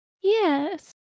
Yes